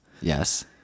Yes